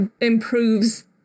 improves